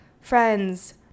Friends